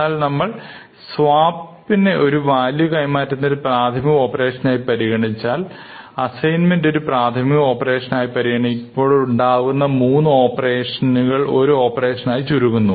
എന്നാൽ നമ്മൾ സ്വാപ്പിങ്ങിനെ അതായത് വാല്യൂ കൈമാറ്റത്തിനെ ഒരു പ്രാഥമിക ഓപ്പറേഷൻ ആയി പരിഗണിച്ചാൽ അസൈൻമെൻറ് ഒരു പ്രാഥമിക ഓപ്പറേഷൻ ആയി പരിഗണിക്കുമ്പോൾ ഉണ്ടായേക്കാവുന്ന 3 ഓപ്പറേഷനുകൾ ഒരു ഓപ്പറേഷൻ ആയി ചുരുങ്ങുന്നു